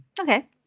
Okay